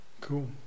cool